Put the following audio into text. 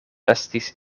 estis